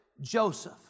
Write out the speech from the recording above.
Joseph